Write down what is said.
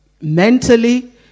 Mentally